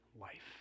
life